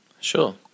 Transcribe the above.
Sure